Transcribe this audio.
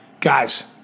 Guys